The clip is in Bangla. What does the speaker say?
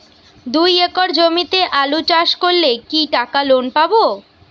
দুই একর জমিতে আলু চাষ করলে কি টাকা লোন পাবো?